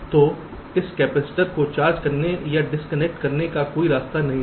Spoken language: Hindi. तो इस कैपेसिटर को चार्ज करने या डिस्कनेक्ट का कोई रास्ता नहीं है